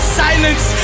silence